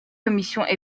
commissions